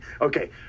Okay